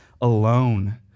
alone